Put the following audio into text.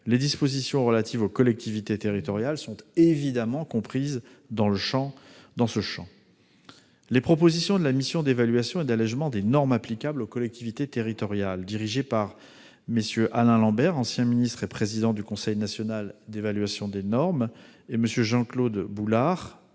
Les dispositions relatives aux collectivités territoriales sont évidemment comprises dans ce champ. Les propositions de la mission d'évaluation et d'allégement des normes applicables aux collectivités territoriales, dirigée par Alain Lambert, ancien ministre et président du Conseil national d'évaluation des normes, et par Jean-Claude Boulard,